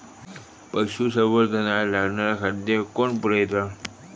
पशुसंवर्धनाक लागणारा खादय कोण पुरयता?